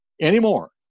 anymore